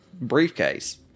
briefcase